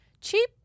cheap